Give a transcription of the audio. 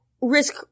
risk